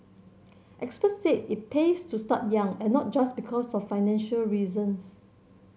experts said it pays to start young and not just because of financial reasons